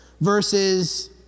versus